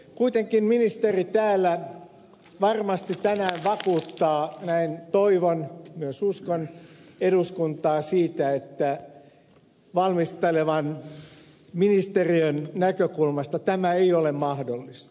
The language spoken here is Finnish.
kuitenkin ministeri täällä varmasti tänään vakuuttaa näin toivon ja myös uskon eduskuntaa siitä että valmistelevan ministeriön näkökulmasta tämä ei ole mahdollista